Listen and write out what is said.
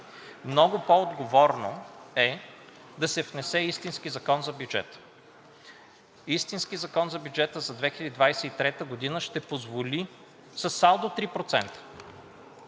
Много по-отговорно е да се внесе истински закон за бюджета. Истински закон за бюджета за 2023 г. със салдо 3%